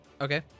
Okay